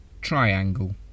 Triangle